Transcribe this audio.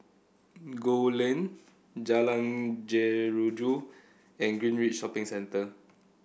Gul Lane Jalan Jeruju and Greenridge Shopping Centre